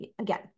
again